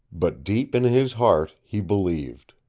but deep in his heart he believed.